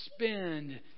Spend